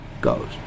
goes